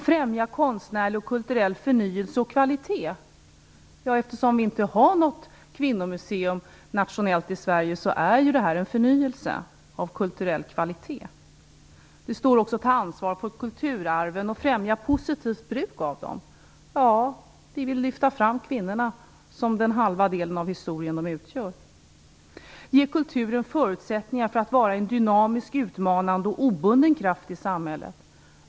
Främja konstnärlig och kulturell förnyelse och kvalitet. Eftersom vi inte har något nationellt kvinnomuseum i Sverige är det en förnyelse av kulturell kvalitet. Ta ansvar för kulturarven och främja positivt bruk av dem. Ja, vi vill lyfta fram kvinnorna som den halva del av historien de utgör. Ge kulturen förutsättningar att vara en dynamisk, utmanande och obunden kraft i samhället.